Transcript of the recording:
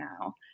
now